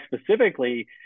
specifically